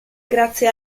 grazie